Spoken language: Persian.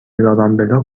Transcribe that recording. رامبلا